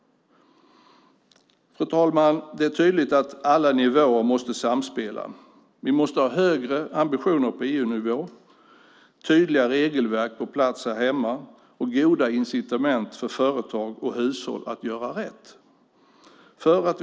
Fru talman! Det är tydligt att alla nivåer måste samspela. Vi måste ha högre ambitioner på EU-nivå, tydliga regelverk på plats här hemma och goda incitament för företag och hushåll att göra rätt.